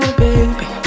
baby